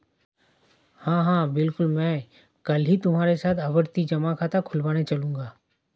हां हां बिल्कुल मैं कल ही तुम्हारे साथ आवर्ती जमा खाता खुलवाने चलूंगा